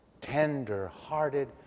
tender-hearted